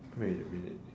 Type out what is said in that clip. wait a minute